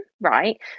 right